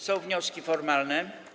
Są wnioski formalne.